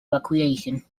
recreation